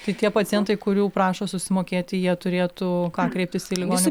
tai tie pacientai kurių prašo susimokėti jie turėtų ką kreiptis į ligonių